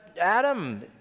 Adam